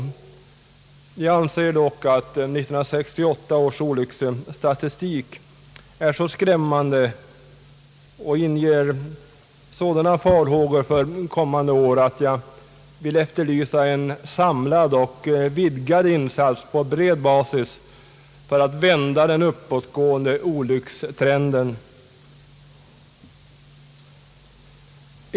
Jag anser dock att 1968 års olycksstatistik är så skrämmande och inger sådana farhågor för kommande år att jag vill efterlysa en samlad och vidgad insats på bred basis för att vända den uppåtgående olyckstrenden.